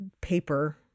paper